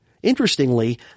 Interestingly